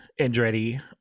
Andretti